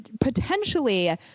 potentially